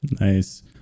Nice